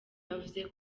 yavuze